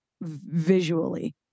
visually